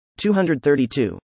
232